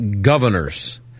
governors